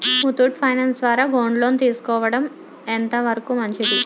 Muthoot finance ద్వారా gold loan తీసుకోవడం ఎంత వరకు మంచిది?